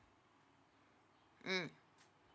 mm